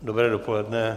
Dobré dopoledne.